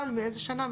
מאיזה שנה?